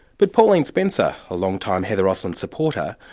but pauline spencer, a long-time heather osland supporter,